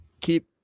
keep